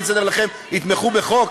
אני אסדר לכם" יתמכו בחוק?